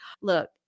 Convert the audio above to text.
Look